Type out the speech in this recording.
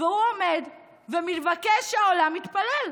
והוא עומד ומבקש שהעולם יתפלל.